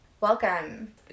welcome